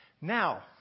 Now